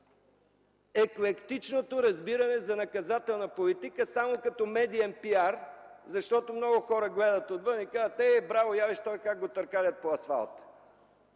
еклектичното разбиране за наказателна политика само като медиен пиар, защото много хора гледат отвън и казват: „Е, браво! Виж как този го търкалят по асфалта.”